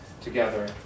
together